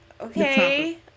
okay